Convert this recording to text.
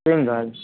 single